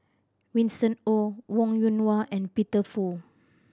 Winston Oh Wong Yoon Wah and Peter Fu